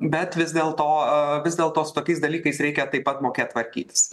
bet vis dėlto a vis dėlto su tokiais dalykais reikia taip pat mokėt tvarkytis